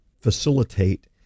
facilitate